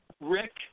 Rick